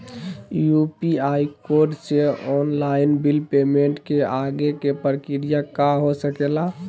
UPI code से online bill payment के आगे के प्रक्रिया का हो सके ला?